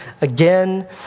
again